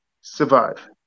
survive